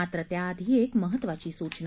मात्र त्याआधी एक महत्त्वाची सूचना